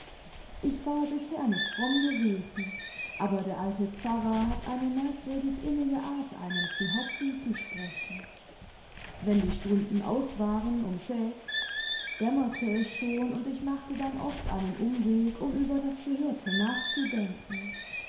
ich war bisher nicht fromm gewesen aber der alte pfarrer hat eine merkwürdig innige art einem zu heraen zu sprechi wenn die stunden aus waren um sechs dämmerte es schon und ich machte dann oft einen umweg um über das gehörte nachzudenken